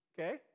okay